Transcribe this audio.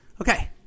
okay